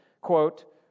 quote